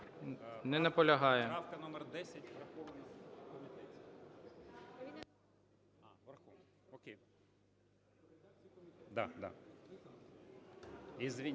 Не наполягає.